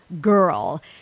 girl